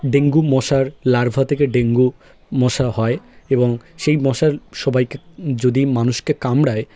dengue মশার larva থেকে dengue মশা হয় এবং সেই মশার সবাইকে যদি মানুষকে কামড়ায়